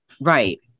Right